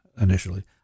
initially